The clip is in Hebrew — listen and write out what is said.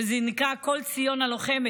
וזה נקרא "קול ציון הלוחמת".